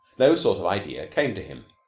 no sort of idea came to him.